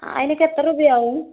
അതിനൊക്കെ എത്ര രൂപ ആവും